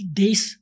days